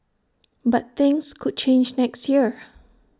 but things could change next year